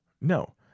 No